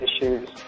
issues